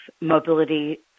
mobility